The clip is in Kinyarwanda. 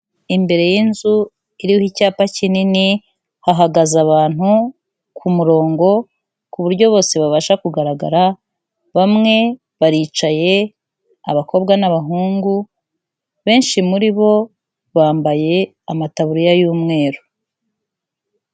Imbere y'inzu iriho icyapa kinini, hahagaze abantu ku murongo ku buryo bose babasha kugaragara, bamwe baricaye abakobwa n'abahungu, benshi muri bo bambaye amataburiya y'umweru.